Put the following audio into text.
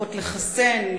צריכות לחסן,